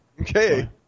Okay